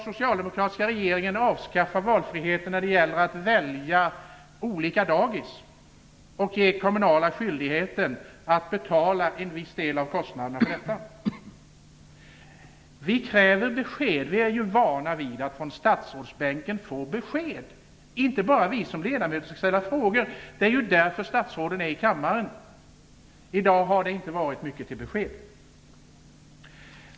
Vi kräver besked. Det är inte bara så att vi som ledamöter skall ställa frågor. Vi är vana vid att från statsrådsbänken få besked. Det är ju därför som statsråden är i kammaren. I dag har det inte varit mycket till besked.